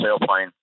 sailplane